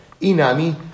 Inami